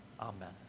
Amen